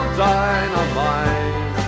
dynamite